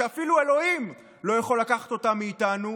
שאפילו אלוהים לא יכול לקחת אותן מאיתנו,